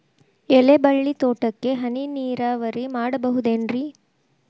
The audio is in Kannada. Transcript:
ಎಲೆಬಳ್ಳಿ ತೋಟಕ್ಕೆ ಹನಿ ನೇರಾವರಿ ಮಾಡಬಹುದೇನ್ ರಿ?